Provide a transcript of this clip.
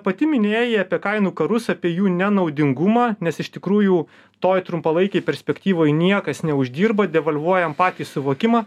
pati minėjai apie kainų karus apie jų nenaudingumą nes iš tikrųjų toj trumpalaikėj perspektyvoj niekas neuždirba devalvuojam patį suvokimą